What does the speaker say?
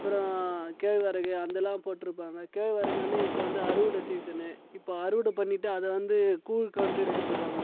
அப்புறம் கேழ்வரகு அதெல்லாம் போட்டு இருப்பாங்க கேழ்வரகு வந்து இப்போ வந்து அறுவடை சீசன்னு இப்போ அறுவடை பண்ணிவிட்டு அதை வந்து கூழுக்கு வந்து ரெடி பண்ணுவாங்க